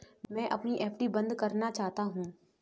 मैं अपनी एफ.डी बंद करना चाहता हूँ